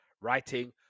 writing